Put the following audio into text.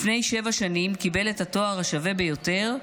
לפני שבע שנים קיבל את התואר השווה ביותר,